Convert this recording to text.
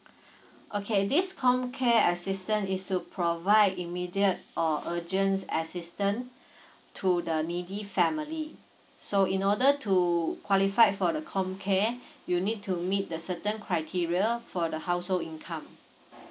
okay this comcare assistance is to provide immediate or urgent assistance to the needy family so in order to qualify for the comcare you need to meet the certain criteria for the household income